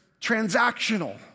transactional